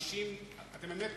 אתם באמת